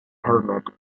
helmet